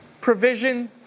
provision